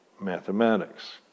mathematics